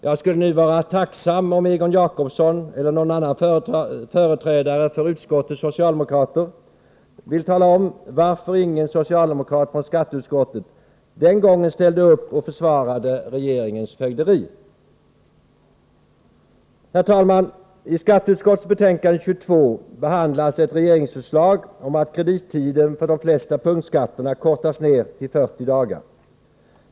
Jag skulle nu vara tacksam om Egon Jacobsson eller någon annan företrädare för utskottets socialdemokrater ville tala om varför ingen socialdemokrat från skatteutskottet den gången ställde upp och försvarade regeringens fögderi. I skatteutskottets betänkande 22 behandlas ett regeringsförslag om att kredittiden för de flesta punktskatterna skall kortas ner till 40 dagar.